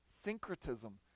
syncretism